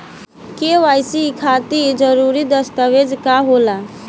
KYC खातिर जरूरी दस्तावेज का का होला?